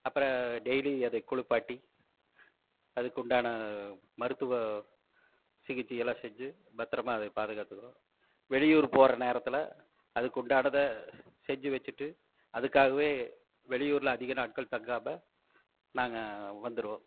அப்புறம் டெயிலி அதை குளிப்பாட்டி அதுக்கு உண்டான மருத்துவ சிகிச்சையெல்லாம் செஞ்சு பத்திரமா அதை பாதுகாத்துக்குறோம் வெளியூர் போகிற நேரத்தில் அதுக்குண்டானதை செஞ்சு வச்சுட்டு அதுக்காகவே வெளியூரில் அதிக நாட்கள் தங்காமல் நாங்கள் வந்துடுவோம்